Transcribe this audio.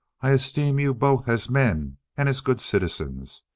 i esteem you both as men and as good citizens.